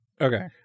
Okay